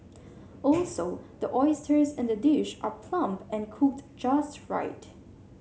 also the oysters in the dish are plump and cooked just right